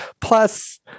Plus